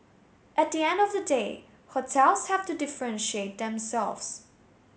at the end of the day hotels have to differentiate themselves